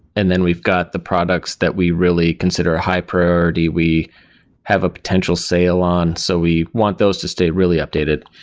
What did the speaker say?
and then we've got the products that we really consider a high priority, we have a potential sale on. so we want those to stay really updated.